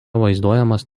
vaizduojamas